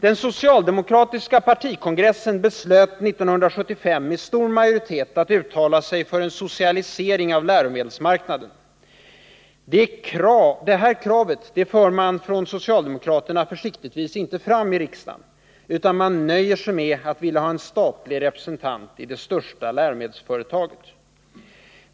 Den socialdemokratiska partikongressen beslöt 1975 med stor majoritet att uttala sig för en socialisering av läromedelsmarknaden. Det kravet för socialdemokraterna försiktigtvis inte fram i riksdagen, utan man nöjer sig med att vilja ha en statlig representant i det största läromedelsföretaget.